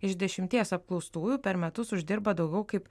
iš dešimties apklaustųjų per metus uždirba daugiau kaip